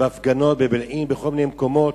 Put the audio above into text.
בהפגנות בבילעין ובכל מיני מקומות.